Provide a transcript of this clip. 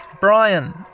Brian